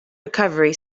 recovery